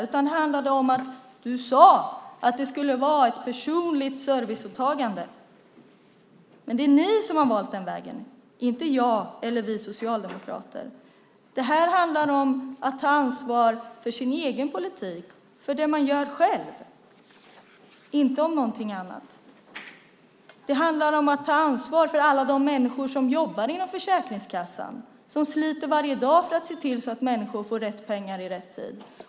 Det handlade om att du sade att det skulle vara ett personligt serviceåtagande. Det är ni som har valt den vägen, inte jag eller vi socialdemokrater. Det här handlar om att ta ansvar för sin egen politik, för det man gör själv, inte om något annat. Det handlar om att ta ansvar för alla de människor som jobbar inom Försäkringskassan, som sliter varje dag för att se till att människor får rätt pengar i rätt tid.